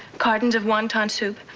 artons of wonton soup,